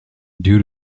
due